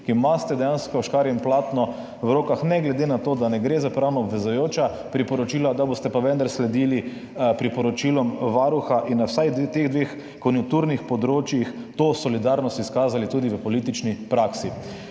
ki imate dejansko škarje in platno v rokah, ne glede na to, da ne gre za pravno obvezujoča priporočila, pa vendar sledili priporočilom Varuha in na vsaj v teh dveh konjunkturnih področjih to solidarnost izkazali tudi v politični praksi.